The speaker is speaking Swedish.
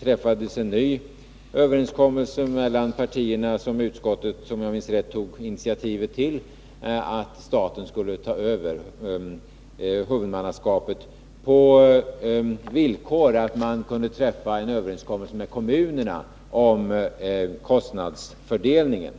träffades en ny överenskommelse mellan partierna, som — om jag minns rätt — utskottet tog initiativet till och som innebar att staten skulle ta över huvudmannaskapet på villkor att man kunde träffa en överenskommelse mellan kommunerna om kostnadsfördelningen.